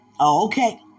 Okay